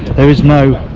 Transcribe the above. there is no